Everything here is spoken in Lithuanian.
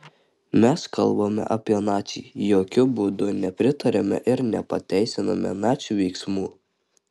mes kalbame apie nacį jokiu būdu nepritariame ir nepateisiname nacių veiksmų